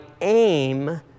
aim